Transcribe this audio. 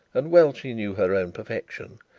and well she knew her own perfection.